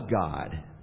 God